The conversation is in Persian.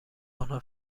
آنها